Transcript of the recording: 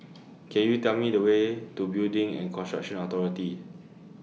Can YOU Tell Me The Way to Building and Construction Authority